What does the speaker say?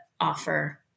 offer